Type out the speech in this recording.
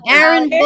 Aaron